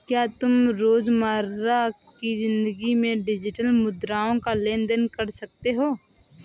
क्या तुम रोजमर्रा की जिंदगी में डिजिटल मुद्राओं का लेन देन कर सकते हो?